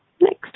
next